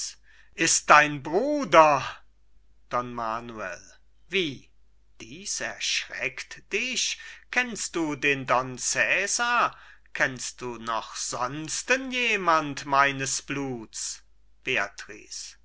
ist dein bruder don manuel wie dies erschreckt dich kennst du den don cesar kennst du noch sonsten jemand meines bluts